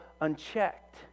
unchecked